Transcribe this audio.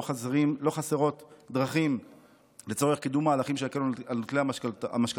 לא חסרות דרכים לצורך קידום מהלכים שיקלו על נוטלי המשכנתאות.